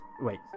wait